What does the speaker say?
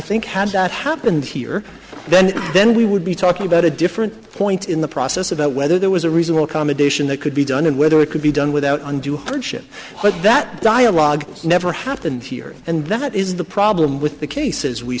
think had that happened here then then we would be talking about a different point in the process about whether there was a reasonable commendation that could be done and whether it could be done without undue hardship but that dialogue never happened here and that is the problem with the cases we